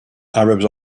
arabs